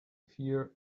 fear